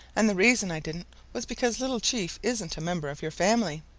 and the reason i didn't was because little chief isn't a member of your family.